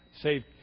save